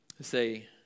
say